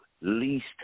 least